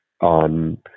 on